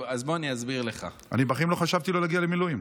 אני בחיים לא חשבתי לא להגיע למילואים.